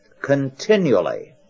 continually